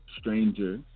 stranger